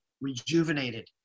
rejuvenated